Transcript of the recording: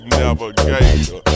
navigator